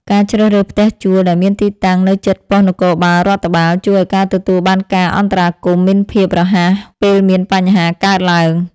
ការជ្រើសរើសផ្ទះជួលដែលមានទីតាំងនៅជិតប៉ុស្តិ៍នគរបាលរដ្ឋបាល ជួយឱ្យការទទួលបានការអន្តរាគមន៍មានភាពរហ័សពេលមានបញ្ហាកើតឡើង។